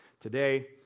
Today